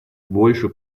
больше